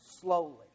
slowly